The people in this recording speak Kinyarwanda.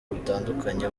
butandukanye